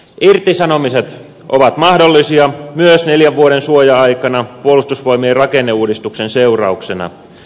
irtisanomiset ovat mahdollisia myös neljän vuoden suoja aikana puolustusvoimien rakenneuudistuksen seurauksena